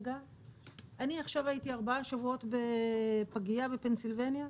אני הייתי עכשיו ארבעה שבועות בפגייה בפנסילבניה,